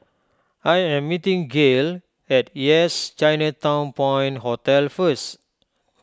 I am meeting Gale at Yes Chinatown Point Hotel first